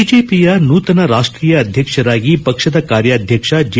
ಬಿಜೆಪಿಯ ನೂತನ ರಾಷ್ಟೀಯ ಅಧ್ಯಕ್ಷರಾಗಿ ಪಕ್ಷದ ಕಾರ್ಯಧ್ಯಕ್ಷ ಜೆ